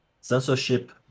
censorship